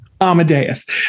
Amadeus